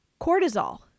cortisol